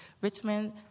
Richmond